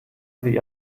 wie